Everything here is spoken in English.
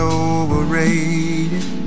overrated